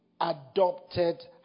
adopted